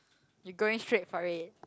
you going straight for it